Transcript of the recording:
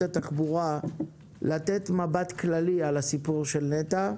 התחבורה לתת מבט כללי על הסיפור של נת"ע,